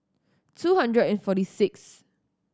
two hundred and forty six